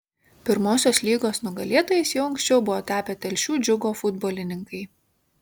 pirmosios lygos nugalėtojais jau anksčiau buvo tapę telšių džiugo futbolininkai